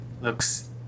looks